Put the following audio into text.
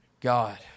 God